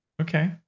okay